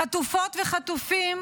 חטופות וחטופים